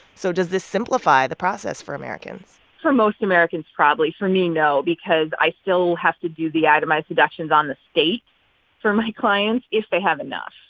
so does this simplify the process for americans? for most americans, probably. for me, no, because i still have to do the itemized deductions on the state for my clients, if they have enough.